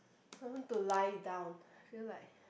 I need to lie down feel like